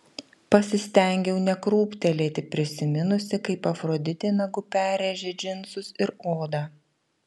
pasistengiau nekrūptelėti prisiminusi kaip afroditė nagu perrėžė džinsus ir odą